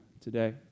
today